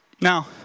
Now